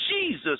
Jesus